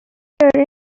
hearing